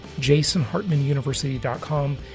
jasonhartmanuniversity.com